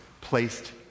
placed